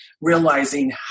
realizing